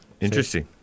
Interesting